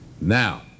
now